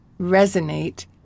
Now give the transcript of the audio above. resonate